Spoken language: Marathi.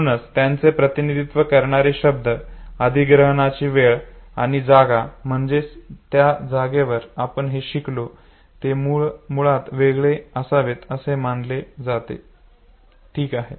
म्हणूनच त्यांचे प्रतिनिधित्व करणारे शब्द अधिग्रहणाची वेळ आणि जागा म्हणजेच ज्या जागेवर आपण हे शिकलो ते ठिकाण मुळात वेगळे असावेत असे मानले जाते ठीक आहे